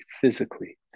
physically